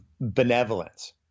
benevolence